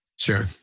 Sure